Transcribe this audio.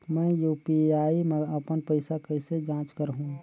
मैं यू.पी.आई मा अपन पइसा कइसे जांच करहु?